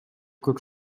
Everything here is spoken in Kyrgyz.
көк